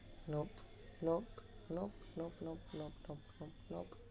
nop nop nop nop nop nop nop nop